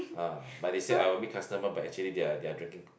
ah but they said I will meet customer but actually they are they are drinking